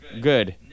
Good